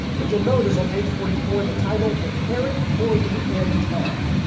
but you'll notice on page forty four the title preparing for the end time.